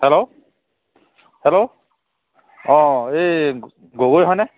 hello hello অঁ এই গগৈ হয়নে